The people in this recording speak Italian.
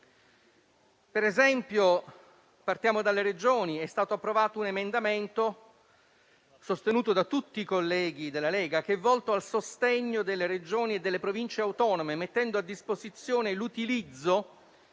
Per esempio, partendo dalle Regioni, è stato approvato un emendamento, appoggiato da tutti i colleghi della Lega, volto al sostegno delle Regioni e delle Province autonome, mettendo a disposizione l'utilizzo